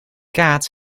kaat